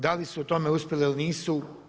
Da li su u tome uspjeli ili nisu?